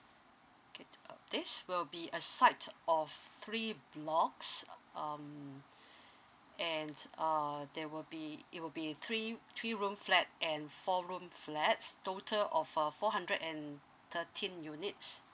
K uh this will be a site of three blocks uh um and uh there will be it will be three three room flat and four room flats total of uh four hundred and thirteen units